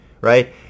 right